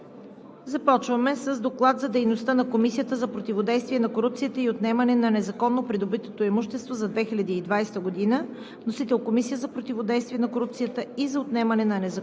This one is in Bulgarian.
да приеме Доклад за дейността на Комисията за противодействие на корупцията и за отнемане на незаконно придобитото имущество за 2020 г., № 120-00-1, внесен от Комисията за противодействие на корупцията и за отнемане на незаконно